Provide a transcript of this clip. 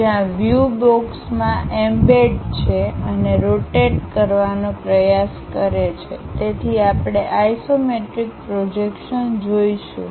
જ્યાં વ્યૂ બોક્સમાં એમ્બેડ છે અને રોટેટ કરવાનું પ્રયાસ કરે છે જેથીઆપણે આઇસોમેટ્રિક પ્રોજેક્શન જોશું